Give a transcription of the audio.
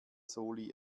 soli